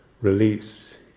release